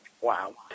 Wow